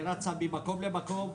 היא רצה ממקום למקום.